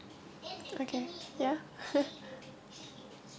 okay ya